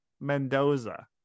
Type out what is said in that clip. Mendoza